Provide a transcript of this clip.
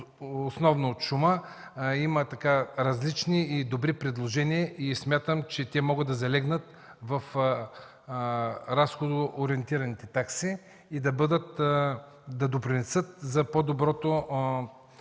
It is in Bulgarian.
основно от шума, има различни и добри предложения. Смятам, че те могат да залегнат в разходоориентираните такси и да допринесат за по-доброто